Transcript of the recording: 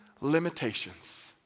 limitations